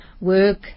work